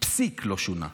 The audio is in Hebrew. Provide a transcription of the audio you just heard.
פסיק לא שונה.